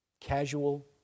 Casual